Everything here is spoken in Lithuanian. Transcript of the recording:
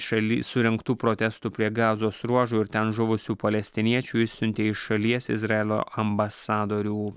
šaly surengtų protestų prie gazos ruožo ir ten žuvusių palestiniečių išsiuntė iš šalies izraelio ambasadorių